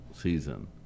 season